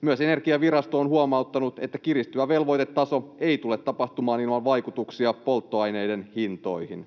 Myös Energiavirasto on huomauttanut, että kiristyvä velvoitetaso ei tule tapahtumaan ilman vaikutuksia polttoaineiden hintoihin.